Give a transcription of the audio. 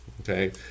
okay